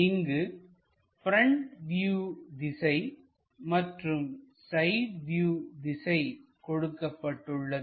இங்கு front view திசை மற்றும் சைட் வியூ திசை கொடுக்கப்பட்டுள்ளது